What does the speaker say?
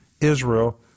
Israel